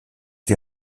die